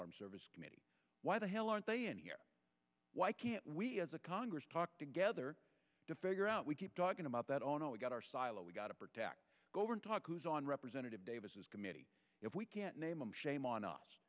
armed services committee why the hell aren't they in here why can't we as a congress talk together to figure out we keep talking about that oh no we got our silo we got to protect overtalk who's on representative davis committee if we can't name them shame on us